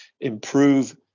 Improve